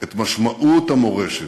את משמעות המורשת,